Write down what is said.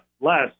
less